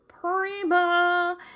Prima